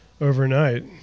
overnight